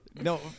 No